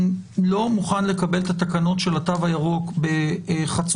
אני לא מוכן לקבל את התקנות של התו הירוק בחצות